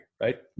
right